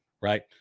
right